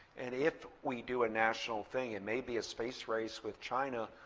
and if we do a national thing, it may be a space race with china,